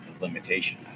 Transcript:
limitation